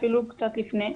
אפילו קצת לפני,